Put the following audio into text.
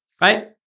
right